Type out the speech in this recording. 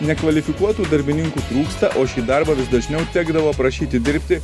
nekvalifikuotų darbininkų trūksta o šį darbą vis dažniau tekdavo prašyti dirbti